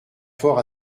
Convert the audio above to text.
fort